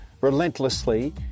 relentlessly